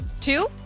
two